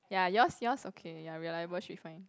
ya yours yours okay your reliable should fine